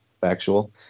factual